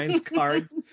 cards